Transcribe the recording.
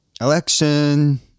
Election